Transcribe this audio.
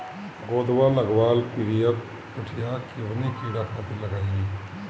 गोदवा लगवाल पियरकि पठिया कवने कीड़ा खातिर लगाई?